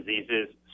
diseases